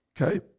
Okay